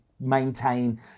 maintain